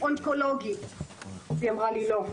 לכן,